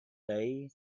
day